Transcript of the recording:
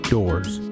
Doors